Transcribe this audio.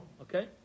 okay